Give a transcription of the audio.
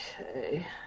okay